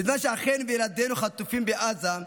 בזמן שאחינו וילדינו חטופים בעזה,